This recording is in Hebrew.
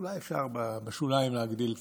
אולי אפשר בשוליים להגדיל קצת.